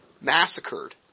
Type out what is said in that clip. massacred